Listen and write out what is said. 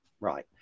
Right